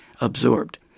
absorbed